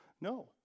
no